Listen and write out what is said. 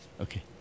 Okay